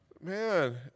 Man